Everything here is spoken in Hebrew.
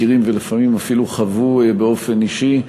מכירים ולפעמים אפילו חוו באופן אישי,